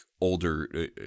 older